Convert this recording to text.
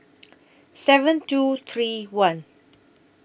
seven two three one